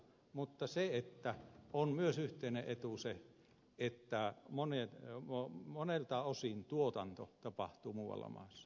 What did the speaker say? mutta on myöskin yhteinen etu se että monelta osin tuotanto tapahtuu muualla maassa